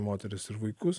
moteris ir vaikus